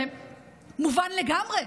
זה מובן לגמרי,